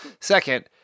Second